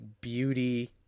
beauty